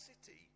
city